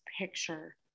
picture